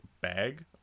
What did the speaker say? bag